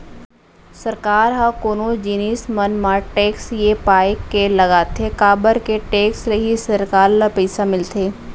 सरकार ह कोनो जिनिस मन म टेक्स ये पाय के लगाथे काबर के टेक्स ले ही सरकार ल पइसा मिलथे